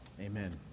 Amen